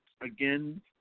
Again